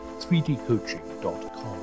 3dcoaching.com